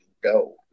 go